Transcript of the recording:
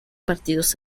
partidos